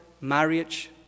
marriage